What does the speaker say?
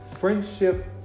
friendship